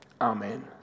Amen